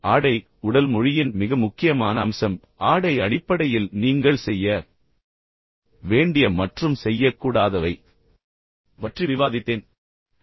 ஆடை உடல் மொழியின் மிக முக்கியமான அம்சம் பின்னர் ஆடை அடிப்படையில் நீங்கள் செய்ய வேண்டிய மற்றும் செய்யக்கூடாதவை பற்றி விவாதித்தேன்